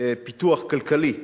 פיתוח כלכלי,